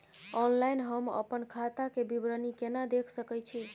Online हम अपन खाता के विवरणी केना देख सकै छी?